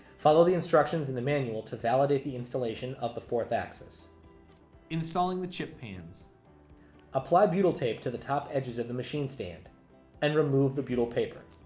follow the instructions in the manual to validate the installation of the fourth axis installing the chip pans apply butyl tape to the top edges of the machine stand and remove the butyl paper